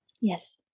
Yes